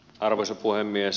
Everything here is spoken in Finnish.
arvoisa puhemies